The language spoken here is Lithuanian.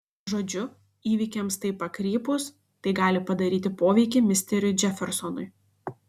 žodžiu įvykiams taip pakrypus tai gali padaryti poveikį misteriui džefersonui